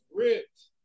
ripped